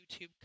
YouTube